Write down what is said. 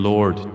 Lord